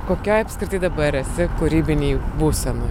kokioj apskritai dabar esi kūrybinėj būsenoj